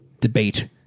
Debate